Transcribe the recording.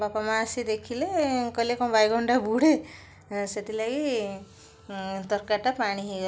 ବାପା ମା' ଆସି ଦେଖିଲେ କହିଲେ କ'ଣ ବାଇଗଣଟା ବୁଡ଼େ ସେଥିଲାଗି ତରକାରୀଟା ପାଣି ହେଇଗଲା